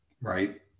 right